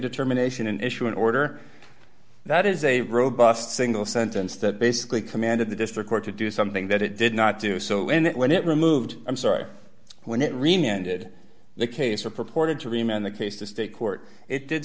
determination and issue an order that is a robust single sentence that basically commanded the district court to do something that it did not do so in that when it removed i'm sorry when it reminded the case or purported to remain the case to state court it did